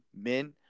men